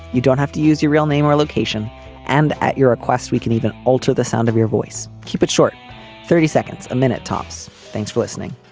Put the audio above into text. you don't have to use your real name or location and at your request we can even alter the sound of your voice. keep it short thirty seconds a minute tops thanks for listening